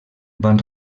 van